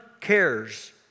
cares